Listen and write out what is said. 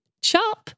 chop